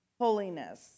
Holiness